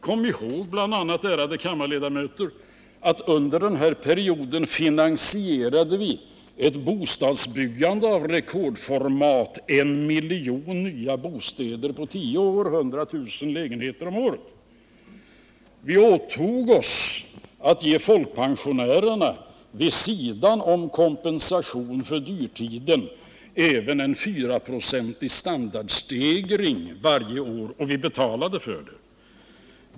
Kom ihåg, ärade kammarledamöter, att vi under denna period finansierade ett bostadsbyggande av rekordformat: en miljon nya bostäder på tio år, alltså 100 000 lägenheter om året. Vi åtog oss att vid sidan av kompensationen för dyrtiden även ge folkpensionärerna en fyraprocentig standardhöjning varje år, och vi betalade för den.